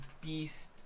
Beast